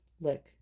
lick